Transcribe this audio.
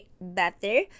better